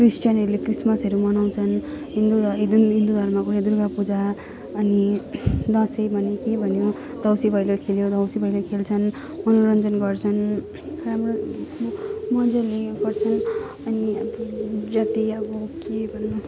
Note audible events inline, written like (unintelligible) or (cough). क्रिस्चनहेरले क्रिसमसहेरू मनाउँचन् हिन्दूहरू हिदू हिन्दूहरूमा पनि दुर्गापूजा अनि दसैँ भनौँ के भनौँ देउसी भैले खेल्ने देउसी भैले खेल्छन् मनोरञ्जन गर्छन् (unintelligible) मजाले ऊ यो गर्छन् अनि आफूले जति आब के भनौँ